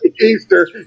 Easter